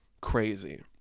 Crazy